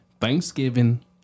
Thanksgiving